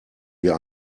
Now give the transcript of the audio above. wir